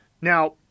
Now